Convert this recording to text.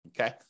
Okay